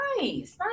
nice